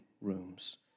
rooms